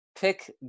pick